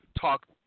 talk